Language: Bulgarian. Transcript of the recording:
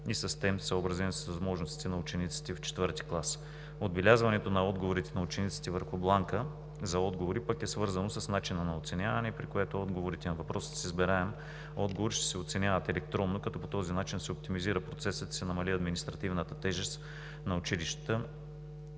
и с темп, съобразен с възможностите на учениците в ІV клас. Отбелязването на отговорите на учениците върху бланка за отговори пък е свързано с начина на оценяване, при което отговорите на въпросите с избираем отговор ще се оценяват електронно, като по този начин ще се оптимизира процесът и ще се намали административната тежест на училищата,